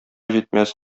җитмәс